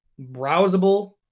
browsable